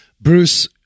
Bruce